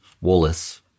Wallace